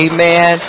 Amen